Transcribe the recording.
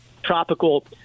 tropical